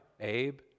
Abe